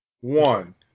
One